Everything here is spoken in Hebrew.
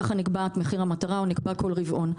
ככה נקבע מחיר המטרה, הוא נקבע כל רבעון.